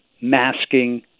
masking